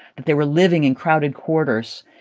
that they were living in crowded quarters,